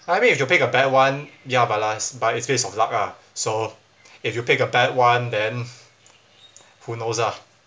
I mean if you pick a bad one ya but last but it's based on luck ah so if you pick a bad one then who knows ah